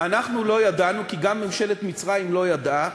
אנחנו לא ידענו כי גם ממשלת מצרים לא ידעה